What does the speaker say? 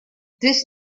this